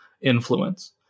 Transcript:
influence